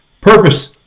Purpose